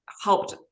helped